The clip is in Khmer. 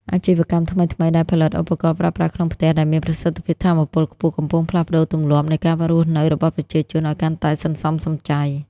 អាជីវកម្មថ្មីៗដែលផលិតឧបករណ៍ប្រើប្រាស់ក្នុងផ្ទះដែលមានប្រសិទ្ធភាពថាមពលខ្ពស់ កំពុងផ្លាស់ប្តូរទម្លាប់នៃការរស់នៅរបស់ប្រជាជនឱ្យកាន់តែសន្សំសំចៃ។